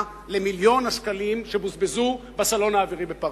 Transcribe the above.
למיליון השקלים שבוזבזו בסלון האווירי בפריס.